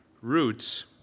roots